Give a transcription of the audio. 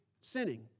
Sinning